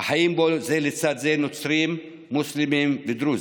שחיים בו זה לצד זה נוצרים, מוסלמים ודרוזים.